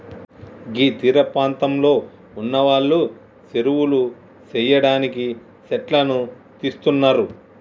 గీ తీరపాంతంలో ఉన్నవాళ్లు సెరువులు సెయ్యడానికి సెట్లను తీస్తున్నరు